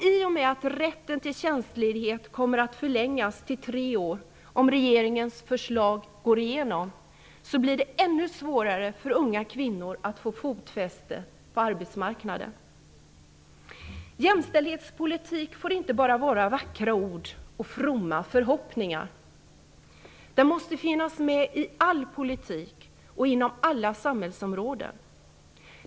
I och med att rätten till tjänstledighet kommer att förlängas till tre år om regeringens förslag går igenom blir det ännu svårare för unga kvinnor att få fotfäste på arbetsmarknaden. Jämställdhetspolitik får inte bara vara vackra ord och fromma förhoppningar. Den måste finnas med i all politik och inom alla samhällsområden.